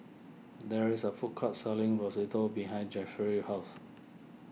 there is a food court selling Risotto behind Jeffry's house